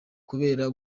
kubera